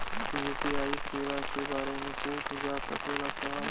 UPI सेवा के बारे में पूछ जा सकेला सवाल?